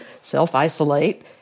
self-isolate